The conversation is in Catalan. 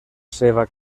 seva